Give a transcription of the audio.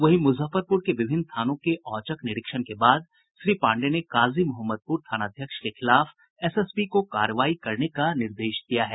वहीं मुजफ्फरपुर के विभिन्न थानों के औचक निरीक्षण के बाद श्री पाण्डेय ने काजी मोहम्मदपुर थानाध्यक्ष के खिलाफ एसएसपी को कार्रवाई करने का निर्देश दिया है